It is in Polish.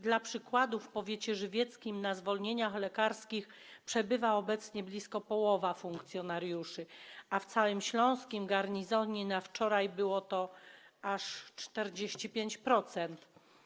Dla przykładu w powiecie żywieckim na zwolnieniach lekarskich przebywa obecnie blisko połowa funkcjonariuszy, a w całym garnizonie śląskim na wczoraj było to aż 45%.